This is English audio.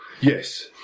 Yes